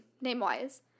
name-wise